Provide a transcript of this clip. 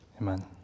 Amen